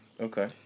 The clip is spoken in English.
Okay